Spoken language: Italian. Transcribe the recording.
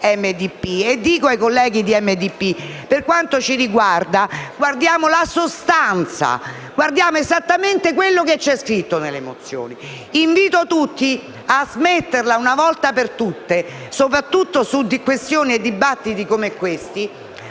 Gruppo dico che, per quanto ci riguarda, guardiamo alla sostanza; guardiamo esattamente quello che è scritto nelle mozioni. Invito tutti una volta per tutte, soprattutto su questioni e dibattiti come questi,